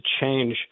change